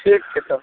ठीक छै तब